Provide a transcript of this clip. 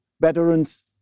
veterans